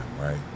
right